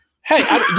Hey